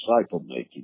disciple-making